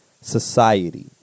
society